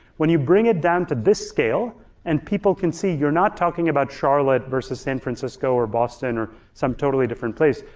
when you bring it down to this scale and people can see you're not talking about charlotte versus san francisco or boston or some totally different place,